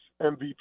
MVP